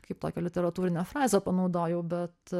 kaip tokią literatūrinę frazę panaudojau bet